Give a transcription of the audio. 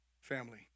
family